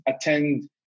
attend